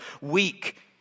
weak